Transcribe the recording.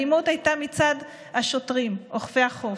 האלימות הייתה מצד השוטרים, אוכפי החוק.